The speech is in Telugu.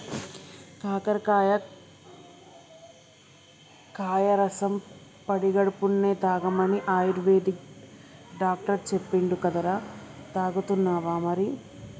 కాకరకాయ కాయ రసం పడిగడుపున్నె తాగమని ఆయుర్వేదిక్ డాక్టర్ చెప్పిండు కదరా, తాగుతున్నావా మరి